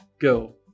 Go